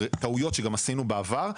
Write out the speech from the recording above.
וגם טעויות שעשינו בעבר,